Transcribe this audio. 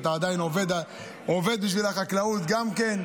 אתה עדיין עובד בשביל החקלאות גם כן.